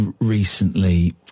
recently